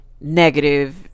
negative